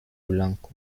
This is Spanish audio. blanco